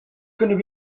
kunnen